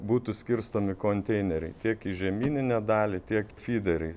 būtų skirstomi konteineriai tiek į žemyninę dalį tiek fyderiais